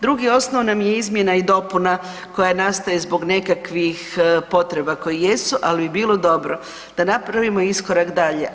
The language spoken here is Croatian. Drugi osnov nam je izmjena i dopuna koja nastaje zbog nekakvih potreba koje jesu ali bi bilo dobro da napravimo iskorak dalje.